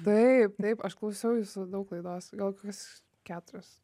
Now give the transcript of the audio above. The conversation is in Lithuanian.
taip taip aš klausiau jūsų daug laidos gal kokias keturias